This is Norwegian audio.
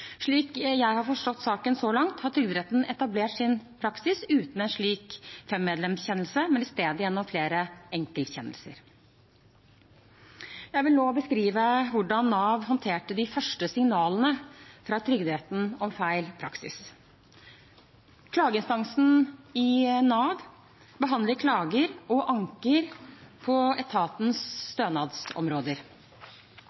Slik jeg så langt har forstått saken, har Trygderetten etablert sin praksis uten en slik femmedlemskjennelse, men i stedet gjennom flere enkeltkjennelser. Jeg vil nå beskrive hvordan Nav håndterte de første signalene fra Trygderetten om feil praksis. Klageinstansen i Nav behandler klager og anker på etatens